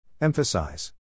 Emphasize